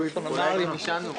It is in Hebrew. היום זה פרטי.